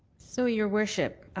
so your worship